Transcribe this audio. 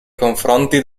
confronti